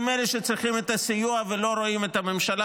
הם אלה שצריכים סיוע ולא רואים את הממשלה,